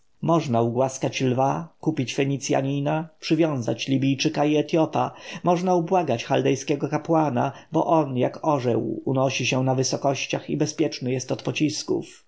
można ugłaskać lwa kupić fenicjanina przywiązać libijczyka i etjopa można ubłagać chaldejskiego kapłana bo on jak orzeł unosi się na wysokościach i bezpieczny jest od pocisków